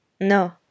No